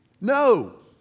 No